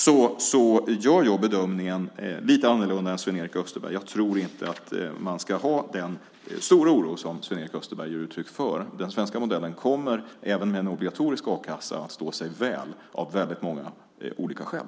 Därför gör jag en bedömning som är lite annorlunda än Sven-Erik Österbergs. Jag tror inte att man ska ha den stora oro som Sven-Erik Österberg ger uttryck för. Den svenska modellen kommer även med en obligatorisk a-kassa att stå sig väl av väldigt många olika skäl.